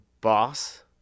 boss